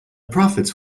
profits